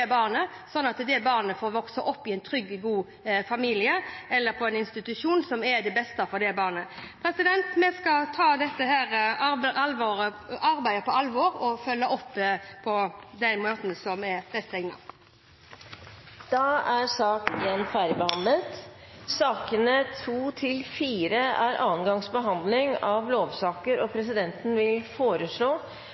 som er det beste for barnet. Vi skal ta dette arbeidet på alvor og følge opp på den måten som er best egnet. Da er sak nr. 1 ferdigbehandlet. Sakene nr. 2–4 er andre gangs behandling av lovsaker, og